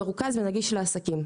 מרוכז ונגיש לעסקים.